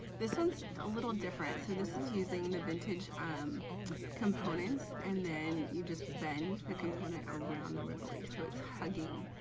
this one's a little different. so this one is using the vintage components and then you just bend the component around the rivoli so it's hugging